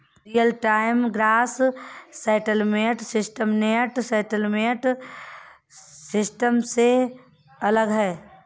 real time gross settlement system net settlement system से अलग है